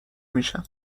میشم